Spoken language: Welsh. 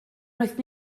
wnaeth